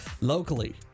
locally